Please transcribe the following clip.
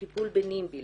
בטיפול בנימבי,